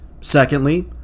Secondly